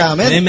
Amen